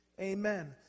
amen